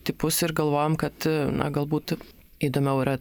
tipus ir galvojom kad na galbūt įdomiau yra